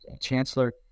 chancellor